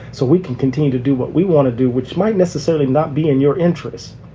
so we can continue to do what we want to do, which might necessarily not be in your interests.